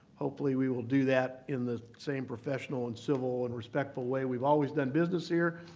hopefully, we will do that in the same professional and civil and respectful way we've always done business here.